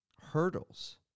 hurdles